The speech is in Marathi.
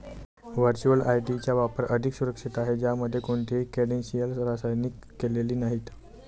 व्हर्च्युअल आय.डी चा वापर अधिक सुरक्षित आहे, ज्यामध्ये कोणतीही क्रेडेन्शियल्स सामायिक केलेली नाहीत